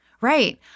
Right